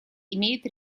имеет